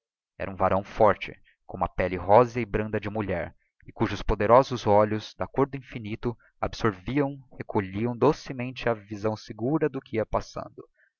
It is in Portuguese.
era um varão forte com uma pelle rósea e branda de mulher e cujos poderosos olhos da côr do infinito absorviam recolhiam docemente a visão segura do que ia passando